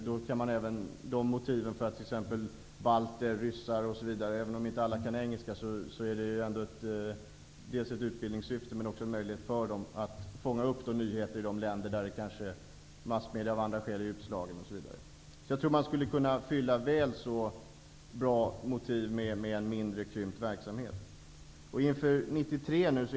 Då kan balter, ryssar osv., även om inte alla kan engelska, fånga upp nyheter i de länder där massmedierna är utslagna av olika skäl. Det kan också fylla ett utbildningssyfte. Jag tror att målen skulle kunna uppnås med en krympt verksamhet.